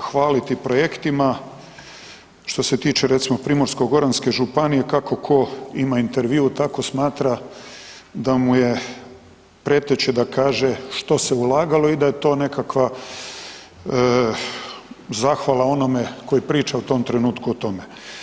hvaliti projektima, što se tiče recimo Primorsko-goranske županije kako tko ima intervju, tako smatra da mu je preteče da kaže što se ulagalo i da je to nekakva zahvala onome koji priča u tom trenutku o tome.